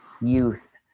youth